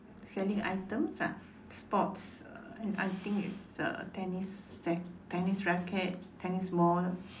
selling items lah sports um I think it's a tennis rack~ tennis racket tennis ball